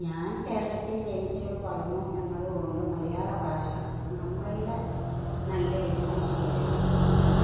ഞാൻ കേരളത്തിൽ ജനിച്ചുവളർന്നു എന്നതുകൊണ്ട് മലയാളഭാഷ നമ്മളുടെ നല്ലയൊരു ഭാഷയായിട്ട് നമുക്ക്